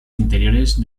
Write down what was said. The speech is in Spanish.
interiores